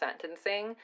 sentencing